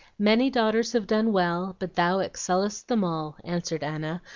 many daughters have done well, but thou excellest them all, answered anna,